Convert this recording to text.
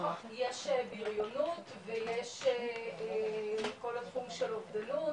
יש בריונות ויש כל התחום של אובדנות,